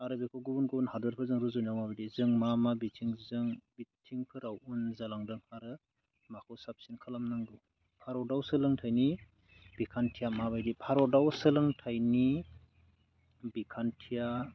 आरो बेखौ गुबुन गुबुन हादोरफोरजों रुजुनायाव माबायदि जों मा मा बिथिंजों बिथिंफोराव उन जालांदों आरो माखौ साबसिन खालाम नांगौ भारताव सोलोंथायनि बिखान्थिया माबायदि भारतआव सोलोंथायनि बिखान्थिया